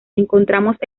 encontramos